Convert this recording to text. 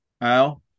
Al